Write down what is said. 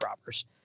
robbers